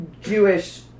Jewish